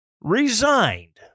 resigned